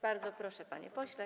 Bardzo proszę, panie pośle.